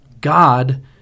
God